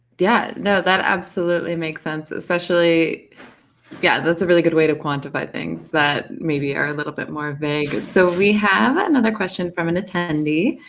yeah you know that absolutely makes sense, especially yes, yeah that's a really good way to quantify things, that maybe are a little bit more vague. and so we have another question from an attendee.